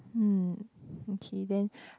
mm okay then